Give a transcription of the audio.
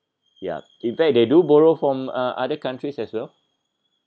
ya in fact they do borrow from uh other countries as well